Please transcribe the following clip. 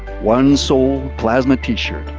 one soul plasma t-shirt.